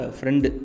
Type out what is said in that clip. friend